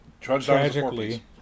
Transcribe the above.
tragically